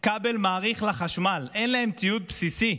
כבל מאריך לחשמל, אין להם ציוד בסיסי.